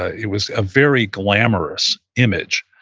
it was a very glamorous image,